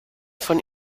von